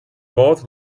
both